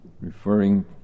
referring